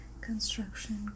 construction